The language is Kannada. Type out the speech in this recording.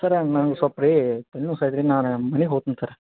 ಸರ್ರ ನಂಗೆ ಸ್ವಲ್ಪ ರೀ ತಲೆನೋವ್ ಸರ್ ರೀ ನಾನು ಮನೆಗ್ ಹೋತ್ನ್ ಸರ್ರ